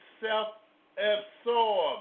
self-absorbed